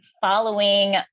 following